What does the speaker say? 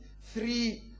three